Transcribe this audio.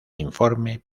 informe